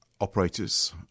operators